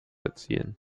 erzielen